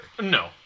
No